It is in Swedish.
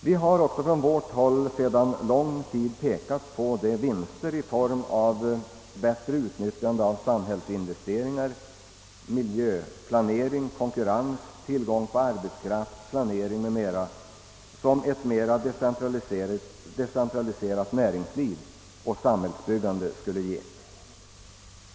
Vi har också från vårt håll sedan lång tid tillbaka pekat på de vinster i form av ett bättre utnyttjande av samhällsinvesteringar, miljöplanering, konkurrens, tillgång till arbetskraft och planering m.m. som ett mera decentraliserat näringsliv och samhällsbyggande skulle ge.